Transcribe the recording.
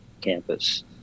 campus